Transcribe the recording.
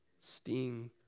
sting